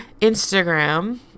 Instagram